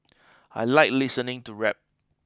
I like listening to rap